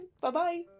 Bye-bye